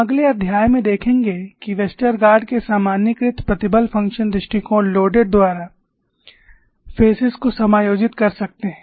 हम अगले अध्याय में देखेंगे कि वेस्टरगार्ड के सामान्यीकृत प्रतिबल फ़ंक्शन दृष्टिकोण लोडेड दरार फेसेस को समायोजित कर सकते हैं